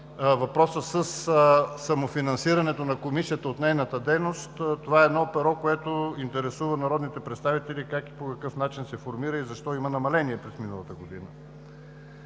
въпроса със самофинансирането на Комисията от нейната дейност – това е едно перо, което интересува народните представители: как и по какъв начин се формира и защо има намаление от миналата година?